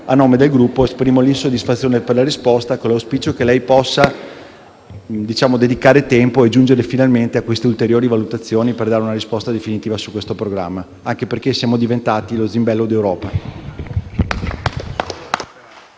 a nome del Gruppo, esprimo insoddisfazione per la sua risposta, con l'auspicio che lei possa dedicare del tempo a tale questione e giungere finalmente alle ulteriori valutazioni necessarie per dare una risposta definitiva su questo programma, anche perché siamo diventati lo zimbello d'Europa.